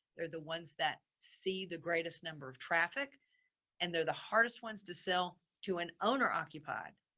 they're the ones that see the greatest number of traffic and they're the hardest ones to sell to an owner occupied.